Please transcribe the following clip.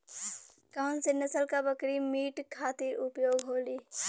कौन से नसल क बकरी मीट खातिर उपयोग होली?